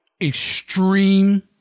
extreme